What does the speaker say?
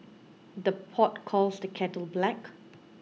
the pot calls the kettle black